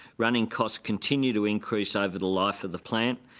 running costs continue to increase over the life of the plant,